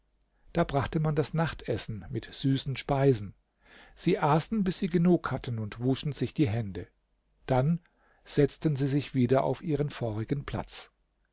da brachte man das nachtessen mit süßen speisen sie aßen bis sie genug hatten und wuschen sich die hände dann setzten sie sich wieder auf ihren vorigen platz